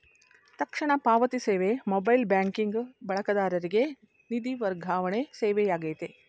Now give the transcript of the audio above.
ತಕ್ಷಣ ಪಾವತಿ ಸೇವೆ ಮೊಬೈಲ್ ಬ್ಯಾಂಕಿಂಗ್ ಬಳಕೆದಾರರಿಗೆ ನಿಧಿ ವರ್ಗಾವಣೆ ಸೇವೆಯಾಗೈತೆ